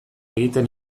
egiten